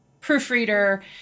proofreader